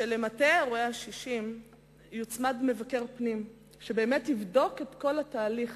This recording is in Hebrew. שלמטה אירועי ה-60 יוצמד מבקר פנים שיבדוק שאכן התהליך